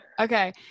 Okay